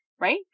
Right